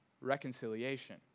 reconciliation